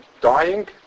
dying